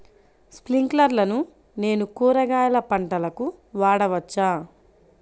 స్ప్రింక్లర్లను నేను కూరగాయల పంటలకు వాడవచ్చా?